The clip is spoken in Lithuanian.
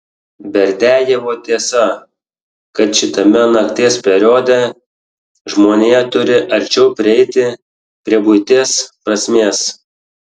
berdiajevo tiesa kad šitame nakties periode žmonija turi arčiau prieiti prie buities prasmės